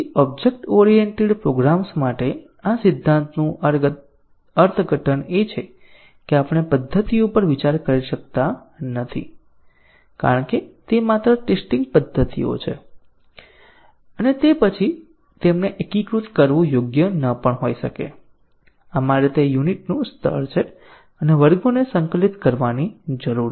object oriented programs માટે આ સિદ્ધાંતનું અર્થઘટન એ છે કે આપણે પદ્ધતિઓ પર વિચાર કરી શકતા નથી કારણ કે તે માત્ર ટેસ્ટીંગ પદ્ધતિઓ છે અને પછી તેમને એકીકૃત કરવું યોગ્ય ન પણ હોઈ શકે આપણે તે યુનિટ નું સ્તર છે અને વર્ગોને સંકલિત કરવાની જરૂર છે